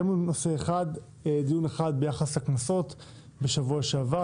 קיימנו דיון אחד ביחס לקנסות בשבוע שעבר,